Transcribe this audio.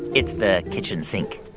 it's the kitchen sink